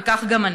וכך גם אני.